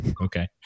okay